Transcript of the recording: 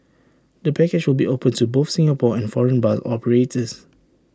the package will be open to both Singapore and foreign bus operators